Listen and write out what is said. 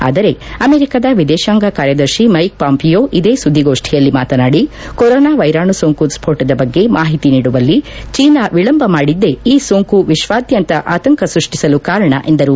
ಆದರೆ ಅಮೆರಿಕದ ವಿದೇಶಾಂಗ ಕಾರ್ಯದರ್ಶಿ ಮೈಕ್ ಪಾಂಪಿಯೋ ಇದೇ ಸುದ್ಗೋಷ್ನಿಯಲ್ಲಿ ಮಾತನಾಡಿ ಕೊರೊನಾ ವೈರಾಣು ಸೋಂಕು ಸ್ನೋಟದ ಬಗ್ಗೆ ಮಾಹಿತಿ ನೀಡುವಲ್ಲಿ ಚೀನಾ ವಿಳಂಬ ಮಾಡಿದ್ಗೇ ಈ ಸೋಂಕು ವಿಶಾದ್ಗಂತ ಆತಂಕ ಸೃಷ್ಷಿಸಲು ಕಾರಣ ಎಂದರು